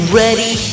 ready